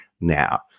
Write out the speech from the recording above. now